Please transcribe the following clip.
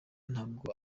ntabwo